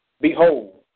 Behold